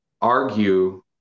argue